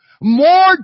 More